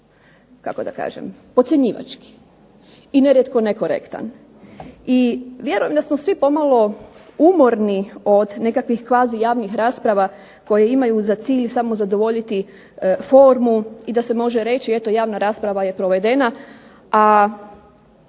kako da kažem podcjenjivački i nerijetko nekorektan. I vjerujem da smo svi pomalo umorni od nekakvih kvazi javnih rasprava koje imaju za cilj samo zadovoljiti formu i da se može reći eto javna rasprava je provedena, a